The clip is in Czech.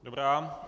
Dobrá.